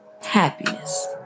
Happiness